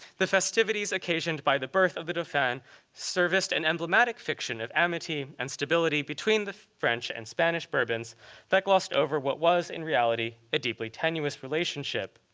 the festivities occasioned by the birth of the dauphin serviced an and emblematic fiction of amity and stability between the french and spanish bourbons that glossed over what was, in reality, a deeply tenuous relationship.